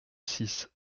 six